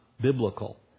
biblical